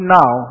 now